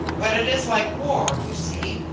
but it is like war, you see.